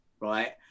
right